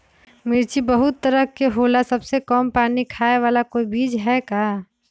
मिर्ची बहुत तरह के होला सबसे कम पानी खाए वाला कोई बीज है का?